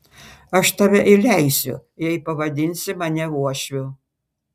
aš tave įleisiu jei pavadinsi mane uošviu